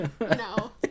No